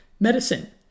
Medicine